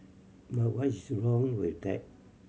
but what is wrong with that